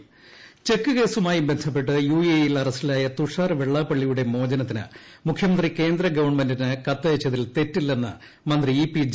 Jayarajan cheque കേസുമായി ബന്ധപ്പെട്ട് യുഎഇയിൽ അറസ്റ്റിലായ തുഷാർ വെള്ളപ്പാള്ളിയുടെ മോചനത്തിന് മുഖ്യമന്ത്രി കേന്ദ്ര ഗവൺമെന്റിന് കത്തയച്ചതിൽ തെറ്റില്ലെന്ന് മന്ത്രി ശ്ചിപ്പിട്ട്